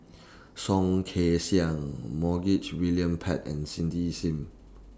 Soh Kay Siang Montague William Pett and Cindy SIM